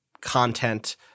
content